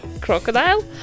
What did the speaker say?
crocodile